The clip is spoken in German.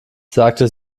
sagte